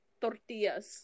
tortillas